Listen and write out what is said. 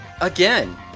again